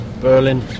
Berlin